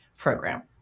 Program